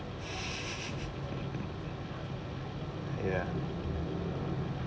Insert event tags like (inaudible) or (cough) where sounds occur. (laughs) ya